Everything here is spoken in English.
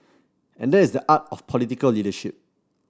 and that is the art of political leadership